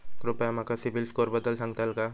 कृपया माका सिबिल स्कोअरबद्दल सांगताल का?